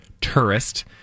tourist